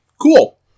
Cool